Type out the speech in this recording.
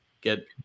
get